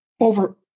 Over